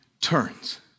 turns